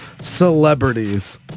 celebrities